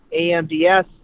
AMDS